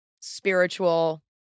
spiritual